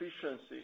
efficiency